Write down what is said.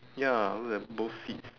ya look at both seats